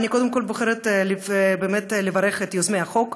ואני קודם כול בוחרת באמת לברך את יוזמי החוק,